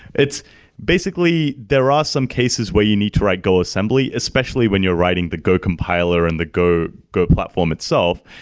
basically, there are some cases where you need to write go assembly, especially when you're writing the go compiler and the go go platform itself,